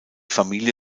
familie